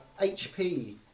HP